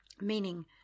Meaning